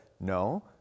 No